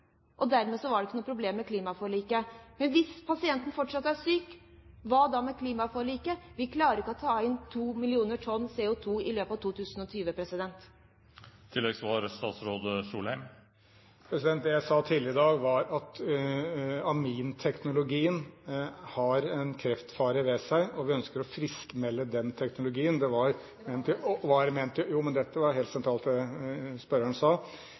og dermed var det ikke noe problem med klimaforliket. Men hvis pasienten fortsatt er syk, hva da med klimaforliket? Vi klarer ikke å ta inn 2 millioner tonn CO2 i løpet av 2020. Det jeg sa tidligere i dag, var at aminteknologien har en kreftfare ved seg, og vi ønsker å «friskmelde» den teknologien. Det var ikke på det spørsmålet. Jo, men dette er helt sentralt i forhold til det spørreren sa.